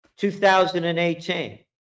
2018